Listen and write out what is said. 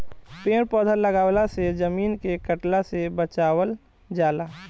पेड़ पौधा लगवला से जमीन के कटला से बचावल जाला